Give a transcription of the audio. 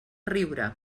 riure